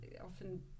often